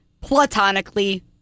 platonically